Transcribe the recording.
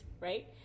right